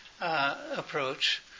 approach